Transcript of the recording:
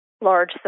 large